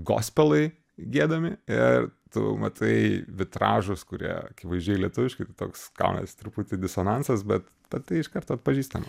gospelai giedami ir tu matai vitražus kurie akivaizdžiai lietuviški tai toks gaunas truputį disonansas bet tatai iš karto atpažįstama